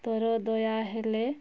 ତୋର ଦୟା ହେଲେ